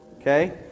okay